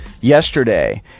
yesterday